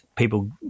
people